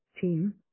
team